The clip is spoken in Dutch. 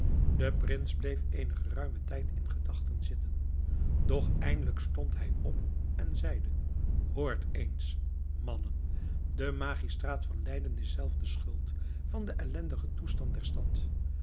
de prins bleef eenen geruimen tijd in gedachten zitten doch eindelijk stond hij op en zeide hoort eens mannen de magistraat van leiden is zelf de schuld van den ellendigen toestand der stad